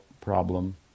problem